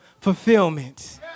fulfillment